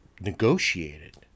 negotiated